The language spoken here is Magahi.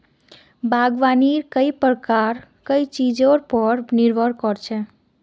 बागवानीर कई प्रकार कई चीजेर पर निर्भर कर छे